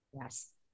Yes